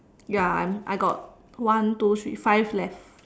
ya I'm I got one two three five left